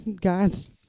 God's